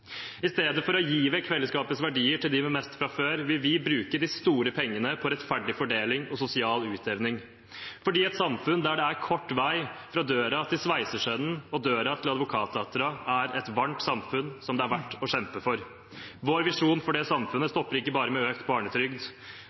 I stedet for å gi vekk felleskapets verdier til dem med mest fra før, vil vi bruke de store pengene på rettferdig fordeling og sosial utjevning, fordi et samfunn der det er kort vei fra døra til sveisersønnen og døra til advokatdatteren, er et varmt samfunn som det er verdt å kjempe for. Vår visjon for det samfunnet stopper ikke med økt barnetrygd.